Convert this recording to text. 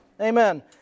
Amen